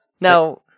Now